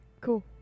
cool